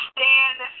Stand